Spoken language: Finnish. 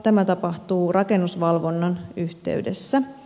tämä tapahtuu rakennusvalvonnan yhteydessä